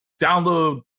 download